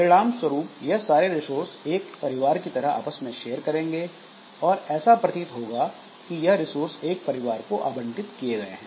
परिणाम स्वरूप यह सारे रिसोर्स एक परिवार की तरह आपस में शेयर करेंगे और ऐसा प्रतीत होगा कि यह रिसोर्स एक परिवार को आवंटित किए गए हैं